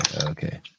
okay